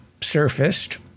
surfaced